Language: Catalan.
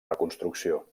reconstrucció